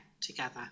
together